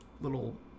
little